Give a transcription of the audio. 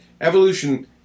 evolution